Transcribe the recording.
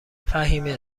فهیمه